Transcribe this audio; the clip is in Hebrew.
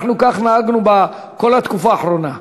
כך נהגנו בכל התקופה האחרונה.